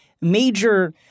major